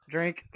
Drink